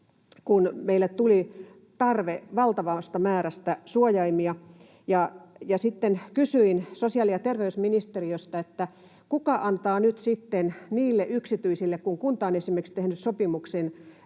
kun meille tuli tarve valtavasta määrästä suojaimia, sitten kysyin sosiaali- ja terveysministeriöstä, kuka antaa ne suojaimet nyt sitten niille yksityisille, kun kunta on esimerkiksi tehnyt sopimuksen